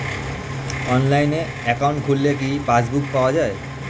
অনলাইনে একাউন্ট খুললে কি পাসবুক পাওয়া যায়?